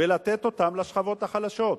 ולתת אותם לשכבות החלשות.